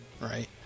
right